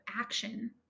action